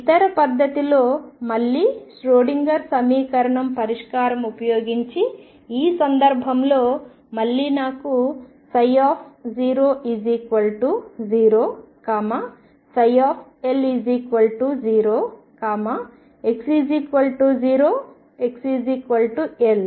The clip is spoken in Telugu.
ఇతర పద్ధతిలో మళ్లీ ష్రోడింగర్ సమీకరణం పరిష్కారం ఉపయోగించి ఈ సందర్భంలో మళ్లీ నాకు 00 L0 x0 xL